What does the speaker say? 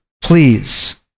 Please